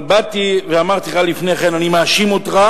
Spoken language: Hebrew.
אבל באתי לפני כן ואמרתי לך שאני מאשים אותך,